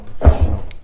professional